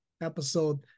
episode